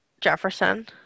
Jefferson